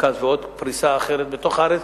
מרכז ועוד פריסה בתוך הארץ,